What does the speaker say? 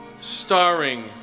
Starring